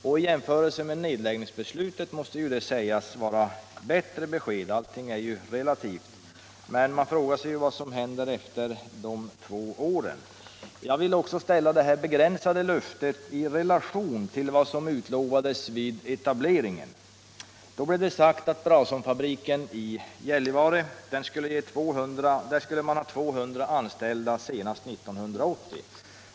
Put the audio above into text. I jämförelse med nedläggningsbeslutet måste det sägas vara ett bättre besked, allt är ju relativt, men man frågar sig vad som händer efter de två åren. Jag vill också ställa det här begränsade löftet i relation till vad som utlovades vid etableringen. Då blev det sagt att Brason-fabriken skulle ha 200 anställda senast 1980.